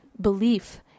belief